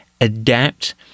adapt